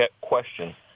question